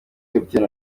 kapiteni